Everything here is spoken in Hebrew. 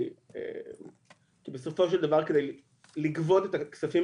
כי בסופו של דבר כדי לגבות את הכספים